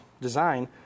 design